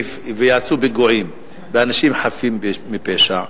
ויעשו פיגועים באנשים חפים מפשע,